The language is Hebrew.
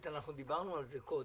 דיברנו על זה קודם.